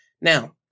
Now